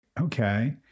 Okay